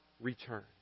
return